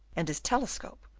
and his telescope,